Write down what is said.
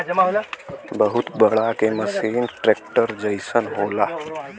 बहुत बड़ा के मसीन ट्रेक्टर जइसन होला